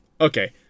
Okay